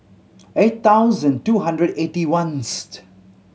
eight thousand two hundred eighty one